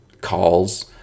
calls